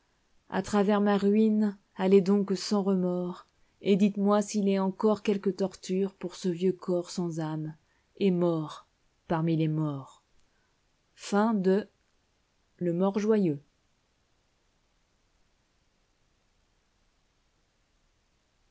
a travers ma ruine allez donc sans remords vx dites-moi s'il est encor quelque torture pour ce vieux corps sans âme et mort parmi lesmortsl lxxv le